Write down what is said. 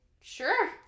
sure